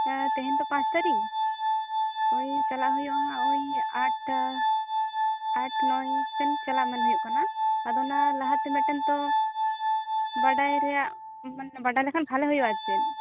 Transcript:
ᱛᱮᱦᱮᱧ ᱛᱚ ᱯᱟᱸᱪ ᱛᱟᱹᱨᱤᱠᱷ ᱳᱭ ᱪᱟᱞᱟᱜ ᱦᱩᱭᱩᱜᱼᱟ ᱱᱟᱦᱟᱜ ᱳᱭ ᱟᱴᱴᱟ ᱟᱴ ᱱᱚᱭ ᱥᱮᱱ ᱪᱟᱞᱟᱜ ᱢᱮᱱ ᱦᱩᱭᱩᱜ ᱠᱟᱱᱟ ᱟᱫᱚ ᱞᱟᱦᱟᱛᱮ ᱢᱤᱫᱴᱮᱱ ᱛᱚ ᱵᱟᱰᱟᱭ ᱨᱮᱭᱟᱜ ᱵᱟᱰᱟᱭ ᱞᱮᱠᱷᱟᱱ ᱵᱷᱟᱞᱮ ᱦᱩᱭᱩᱜᱼᱟ ᱟᱨ ᱪᱮᱫ